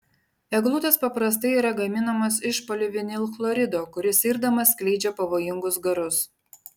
eglutės paprastai yra gaminamos iš polivinilchlorido kuris irdamas skleidžia pavojingus garus